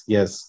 Yes